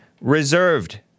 reserved